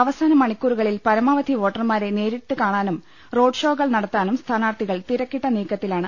അവസാന മണിക്കൂറുകളിൽ പരമാവധി വോട്ടർമാരെ നേരിൽ കാണാനും റോഡ് ഷോകൾ നടത്താനും സ്ഥാനാർത്ഥികൾ തിരക്കിട്ട നീക്കത്തിലാണ്